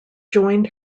joined